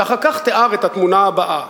ואחר כך תיאר את התמונה הבאה: